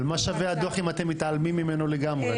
אבל מה שווה הדו"ח אם אתם מתעלמים ממנו לגמרי?